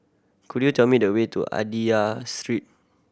could you tell me the way to Street